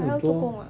还要做工啊